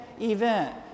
event